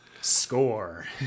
score